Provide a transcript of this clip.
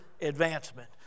advancement